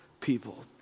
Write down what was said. people